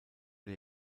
der